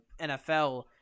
NFL